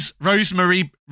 rosemary